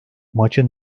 maçı